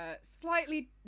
slightly